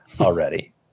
already